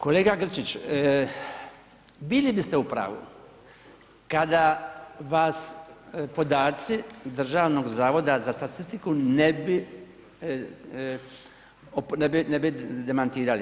Kolega Grčić, bili biste u pravu kada vas podaci Državnog zavoda za statistiku ne bi, ne bi demantirali.